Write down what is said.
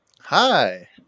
Hi